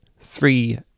three